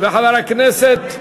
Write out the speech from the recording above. וחבר הכנסת,